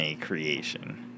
creation